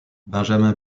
benjamin